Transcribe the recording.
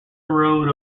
road